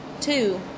Two